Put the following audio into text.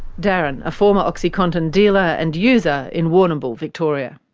darren, a former oxycontin dealer and user in warrnambool, victoria.